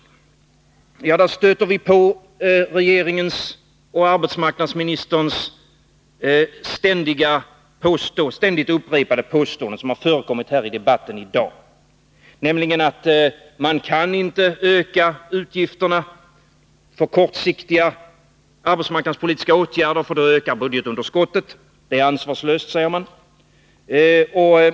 På den punkten stöter vi på regeringens och arbetsmarknadsministerns ständigt upprepade påstående, som har förekommit här i debatten i dag, nämligen att man kan inte öka utgifterna för kortsiktiga arbetsmarknadspolitiska åtgärder, för då ökar budgetunderskottet. Det är ansvarslöst, heter det.